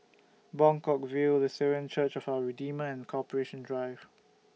Buangkok View Lutheran Church For Redeemer and Corporation Drive